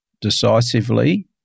decisively